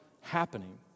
happening